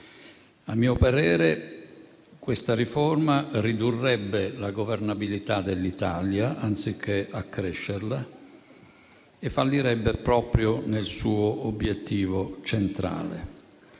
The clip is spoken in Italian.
A mio parere questa riforma ridurrebbe la governabilità dell'Italia, anziché accrescerla, e fallirebbe proprio nel suo obiettivo centrale.